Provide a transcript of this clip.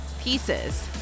pieces